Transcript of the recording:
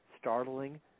startling